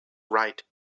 right